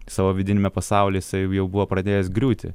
savo vidiniame pasauly jisai jau buvo pradėjęs griūti